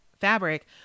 fabric